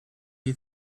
you